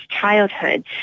childhood